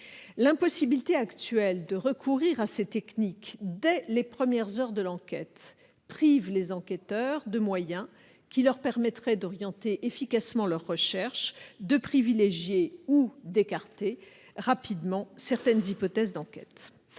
L'impossibilité actuelle de recourir à ces techniques dès les premières heures de l'enquête prive les enquêteurs de moyens permettant d'orienter efficacement les recherches, de privilégier ou d'écarter rapidement certaines hypothèses d'enquête.